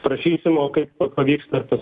prašysim o kaip pavyksta tas